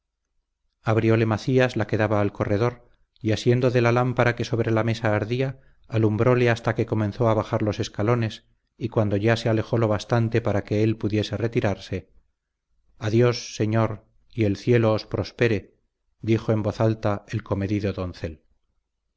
abrióle macías la que daba al corredor y asiendo de la lámpara que sobre la mesa ardía alumbróle hasta que comenzó a bajar los escalones y cuando ya se alejó lo bastante para que él pudiese retirarse adiós señor y el cielo os prospere dijo en voz alta el comedido doncel